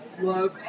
love